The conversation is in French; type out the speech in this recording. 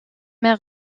mer